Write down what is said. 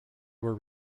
were